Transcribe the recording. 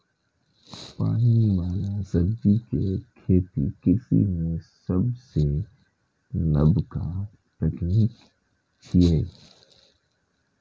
पानि बला सब्जी के खेती कृषि मे सबसं नबका तकनीक छियै